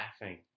laughing